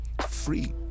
free